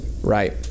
Right